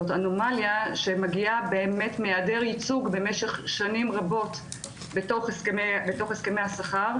זאת אנומליה שמגיעה מהיעדר ייצוג במשך שנים רבות בתוך הסכמי השכר.